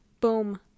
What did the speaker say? Boom